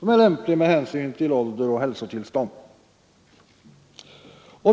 som är lämplig med hänsyn till hans ålder och hälsotillstånd.